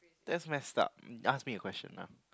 that's messed up ask me a question now